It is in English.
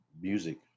music